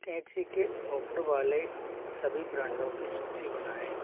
कैंची के ऑफर वाले सभी ब्रांडो की सूची बनाएँ